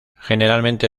generalmente